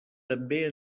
també